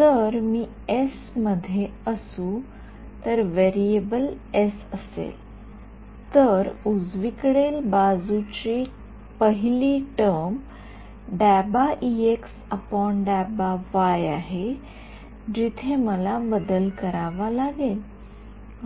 जर मी एस मध्ये असू तर व्हेरिएबल एस असेल तर उजवीकडील बाजूची पहिली टर्म आहे जिथे मला बदल करावा लागेल